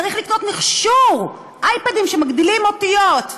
צריך לקנות מכשור, אייפד שמגדיל אותיות.